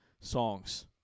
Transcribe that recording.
songs